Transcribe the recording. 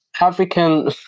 African